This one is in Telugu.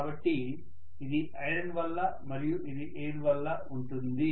కాబట్టి ఇది ఐరన్ వల్ల మరియు ఇది ఎయిర్ వల్ల ఉంటుంది